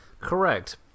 Correct